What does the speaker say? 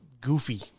goofy